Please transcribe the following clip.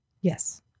Yes